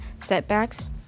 setbacks